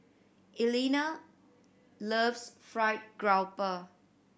Elna loves fried grouper